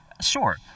Sure